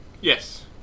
Yes